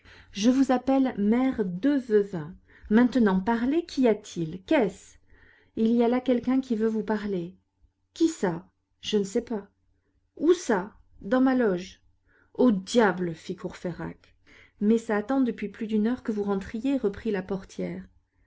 je vous appelle mère de veuvain maintenant parlez qu'y a-t-il qu'est-ce il y a là quelqu'un qui veut vous parler qui ça je ne sais pas où ça dans ma loge au diable fit courfeyrac mais ça attend depuis plus d'une heure que vous rentriez reprit la portière